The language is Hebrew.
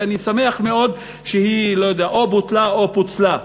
ואני שמח מאוד שהיא או בוטלה או פוצלה.